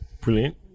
Brilliant